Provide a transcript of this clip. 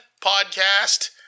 podcast